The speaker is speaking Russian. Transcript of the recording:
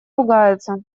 ругается